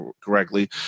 correctly